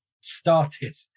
started